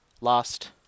lost